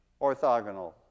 orthogonal